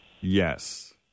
Yes